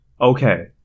okay